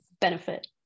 benefit